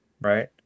right